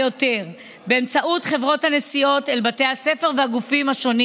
חברי הכנסת, נא לשבת במקום.